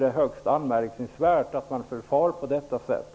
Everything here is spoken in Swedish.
Det är högst anmärkningsvärt att man förfar på detta sätt.